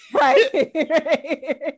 Right